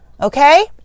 Okay